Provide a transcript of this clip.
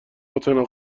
اتنا